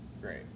Great